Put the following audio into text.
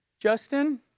justin